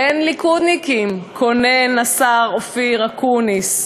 "אין ליכודניקים", קונן השר אופיר אקוניס,